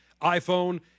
iPhone